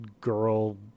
girl